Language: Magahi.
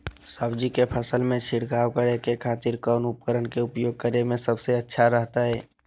सब्जी के फसल में छिड़काव करे के खातिर कौन उपकरण के उपयोग करें में सबसे अच्छा रहतय?